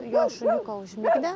jos šuniuką užmigdė